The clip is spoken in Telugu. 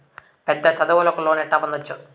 పెద్ద చదువులకు లోను ఎట్లా పొందొచ్చు